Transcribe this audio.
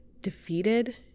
defeated